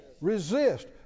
Resist